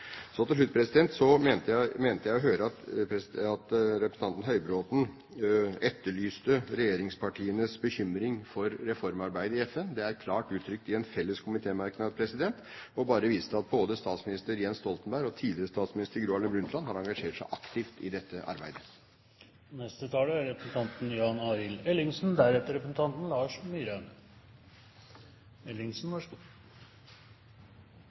mente jeg å høre at representanten Høybråten etterlyste regjeringspartienes bekymring for reformarbeidet i FN. Det er klart uttrykt i en felles komitémerknad. Jeg vil også vise til at både statsminister Jens Stoltenberg og tidligere statsminister Gro Harlem Brundtland har engasjert seg aktivt i dette arbeidet.